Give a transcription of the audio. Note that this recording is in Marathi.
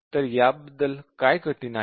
तर याबद्दल काय कठीण आहे